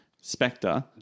Spectre